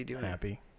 happy